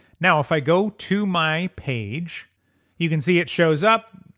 now if i go to my page you can see it shows up,